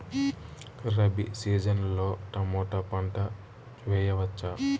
Rabi season లో tomato పంట వేయవచ్చా?